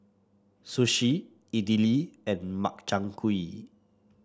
Sushi Idili and Makchang Gui